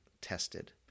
tested